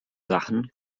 sachen